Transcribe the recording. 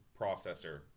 processor